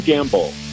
Gamble